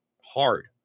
hard